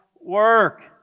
work